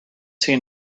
seen